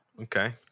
okay